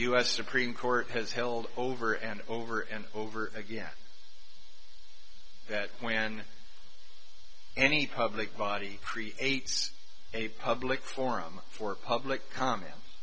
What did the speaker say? s supreme court has held over and over and over again that when any public body creates a public forum for public comment